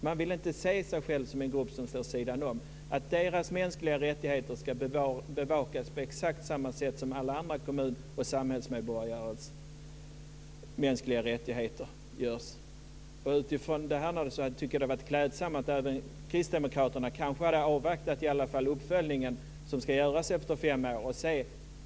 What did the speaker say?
Man vill inte se sig själv som en grupp som står vid sidan om. Deras mänskliga rättigheter ska bevakas på exakt samma sätt som alla andra kommun och samhällsmedborgares mänskliga rättigheter. Utifrån det tycker jag att det hade varit klädsamt om även kristdemokraterna i alla fall hade avvaktat den uppföljning som ska göras efter fem år.